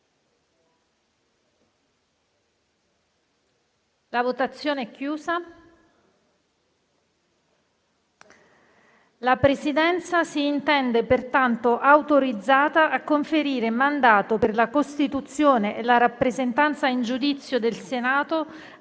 approva.** La Presidenza si intende pertanto autorizzata a conferire mandato, per la costituzione e la rappresentanza in giudizio del Senato,